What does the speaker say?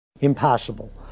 impossible